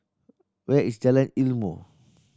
where is Jalan Ilmu